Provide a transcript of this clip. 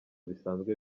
bisanzwe